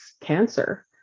cancer